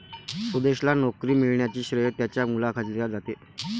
सुदेशला नोकरी मिळण्याचे श्रेय त्याच्या मुलाखतीला जाते